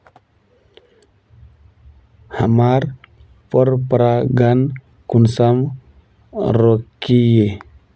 हमार पोरपरागण कुंसम रोकीई?